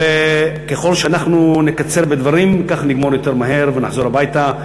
וככל שאנחנו נקצר בדברים כך נגמור יותר מהר ונחזור הביתה,